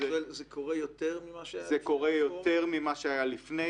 זה קורה יותר ממה שהיה לפני הרפורמה?